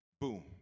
Boom